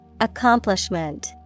Accomplishment